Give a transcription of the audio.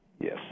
Yes